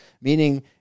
Meaning